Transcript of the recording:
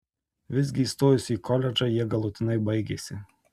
visgi įstojus į koledžą jie galutinai baigėsi